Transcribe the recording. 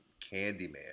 Candyman